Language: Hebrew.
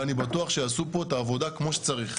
ואני בטוח שיעשו פה את העבודה כמו שצריך,